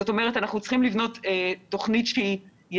זאת אומרת, אנחנו צריכים לבנות תוכנית ישימה.